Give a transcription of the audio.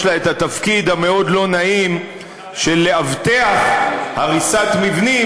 יש לה התפקיד המאוד-לא-נעים של לאבטח הריסת מבנים